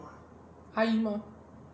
阿姨妈